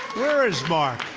where is mark?